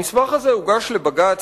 המסמך הזה הוגש לבג"ץ,